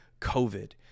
COVID